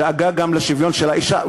שדאגה גם לשוויון של האישה,